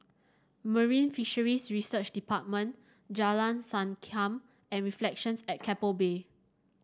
Marine Fisheries Research Department Jalan Sankam and Reflections at Keppel Bay